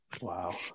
Wow